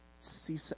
See